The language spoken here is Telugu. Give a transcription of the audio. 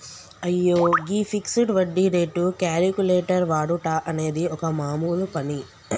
అయ్యో గీ ఫిక్సడ్ వడ్డీ రేటు క్యాలిక్యులేటర్ వాడుట అనేది ఒక మామూలు పని